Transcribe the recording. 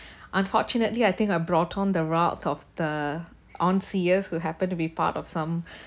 unfortunately I think I brought on the route of the who happen to be part of some